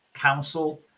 Council